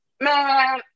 Man